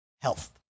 Health